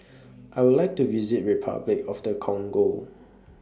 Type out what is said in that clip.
I Would like to visit Repuclic of The Congo